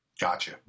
Gotcha